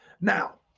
Now